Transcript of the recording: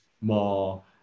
more